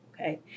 okay